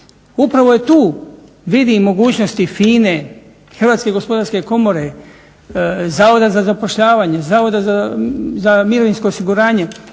Upravo je tu vidi i mogućnosti FINA-e, Hrvatske gospodarske komore, Zavoda za zapošljavanje, Zavoda za mirovinsko osiguranje